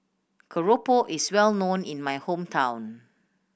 Keropok is well known in my hometown